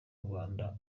rwanda